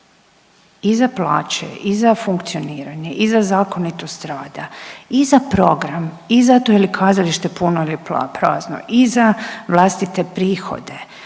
i za plaće i za funkcioniranje i za zakonitost rada i za program i zato je li kazalište puno ili prazno i za vlastite prihode